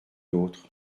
l’autre